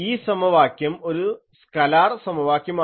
ഈ സമവാക്യം ഒരു സ്കലാർ സമവാക്യമാണ്